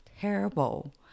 terrible